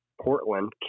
Portland